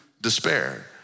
despair